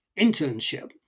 internship